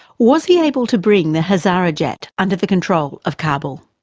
was he able to bring the hazarajat under the control of kabul?